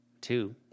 Two